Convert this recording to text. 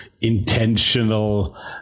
intentional